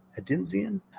adamsian